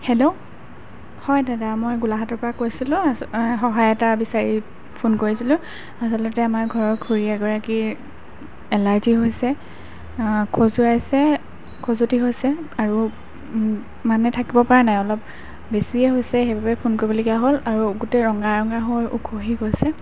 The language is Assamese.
হেল্ল' হয় দাদা মই গোলাঘাটৰ পৰা কৈছিলোঁ সহায় এটা বিচাৰি ফোন কৰিছিলোঁ আচলতে আমাৰ ঘৰৰ খুৰি এগৰাকীৰ এলাৰ্জি হৈছে খজুৱাইছে খজুৱতি হৈছে আৰু মানে থাকিব পৰা নাই অলপ বেছিয়ে হৈছে সেইবাবে ফোন কৰিবলগীয়া হ'ল আৰু গোটেই ৰঙা ৰঙা হৈ উখহি গৈছে